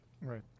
Right